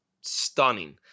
stunning